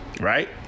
Right